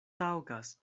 taŭgas